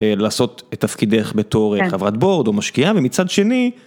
לעשות את תפקידך בתור חברת בורד או משקיעה ומצד שני.